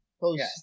post